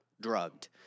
drugged